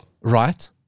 right